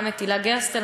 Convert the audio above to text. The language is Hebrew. גם את הילה גרסטל,